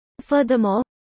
Furthermore